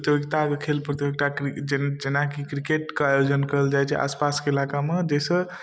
प्रतियोगिताके खेल प्रतियोगता जेनाकि किरकेटके आयोजन करल जाइ छै आसपासके इलाकामे जाहिसँ